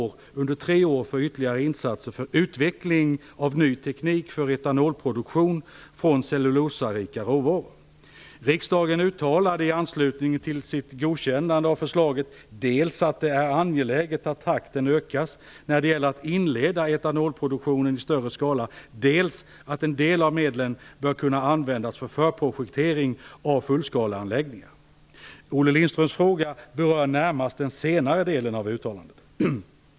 Riksdagen uttalade i anslutning till sitt godkännande av förslaget dels att det är angeläget att takten ökas när det gäller att inleda etanolproduktionen i större skala, dels att en del av medlen bör kunna användas för förprojektering av fullskaleanläggningar. Olle Lindströms fråga berör närmast den senare delen av uttalandet.